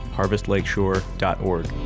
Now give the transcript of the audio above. harvestlakeshore.org